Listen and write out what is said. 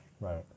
Right